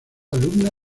alumna